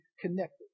connected